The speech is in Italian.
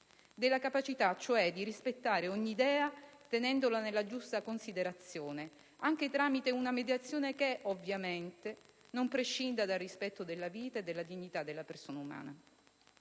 della capacità di rispettare ogni idea tenendola nella giusta considerazione anche tramite una mediazione che, ovviamente, non prescinda dal rispetto della vita e della dignità della persona umana.